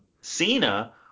Cena